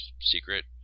Secret